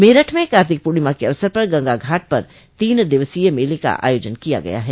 मेरठ में कार्तिक पूर्णिमा के अवसर पर गंगा घाट पर तीन दिवसीय मेले का आयोजन किया गया है